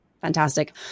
Fantastic